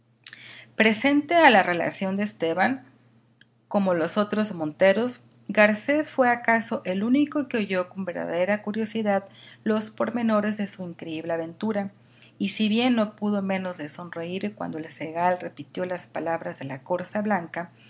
presente a la relación de esteban como los otros monteros garcés fue acaso el único que oyó con verdadera curiosidad los pormenores de su increíble aventura y si bien no pudo menos de sonreír cuando el zagal repitió las palabras de la corza blanca